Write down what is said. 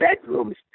bedrooms